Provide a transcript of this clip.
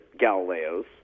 Galileos